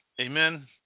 Amen